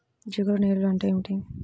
జిగురు నేలలు అంటే ఏమిటీ?